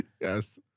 Yes